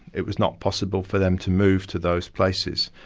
it was not possible for them to move to those places.